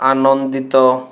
ଆନନ୍ଦିତ